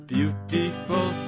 Beautiful